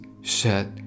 shut